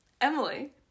Emily